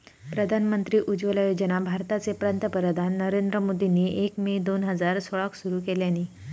प्रधानमंत्री उज्ज्वला योजना भारताचे पंतप्रधान नरेंद्र मोदींनी एक मे दोन हजार सोळाक सुरू केल्यानी